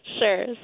Sure